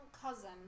Cousin